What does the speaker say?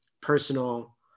personal